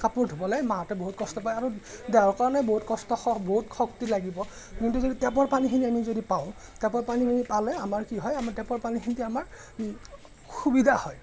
কাপোৰ ধুবলৈ মাহঁতে বহুত কষ্ট পায় আৰু দেহৰ কাৰণে বহুত কষ্ট শ বহুত শক্তি লাগিব কিন্তু যদি টেপৰ পানীখিনি আমি যদি পাওঁ টেপৰ পানীখিনি পালে আমাৰ কি হয় আমাৰ টেপৰ পানীখিনিদি আমাৰ সুবিধা হয়